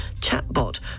chatbot